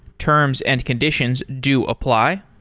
terms and conditions do apply.